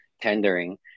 tendering